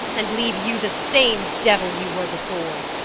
and leave you the same devil you were before!